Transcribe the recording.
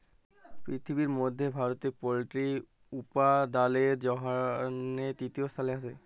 পিরথিবির মধ্যে ভারতে পল্ট্রি উপাদালের জনহে তৃতীয় স্থালে আসে